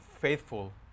faithful